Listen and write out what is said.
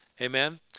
Amen